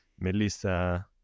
Melissa